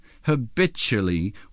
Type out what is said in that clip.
habitually